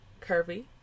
curvy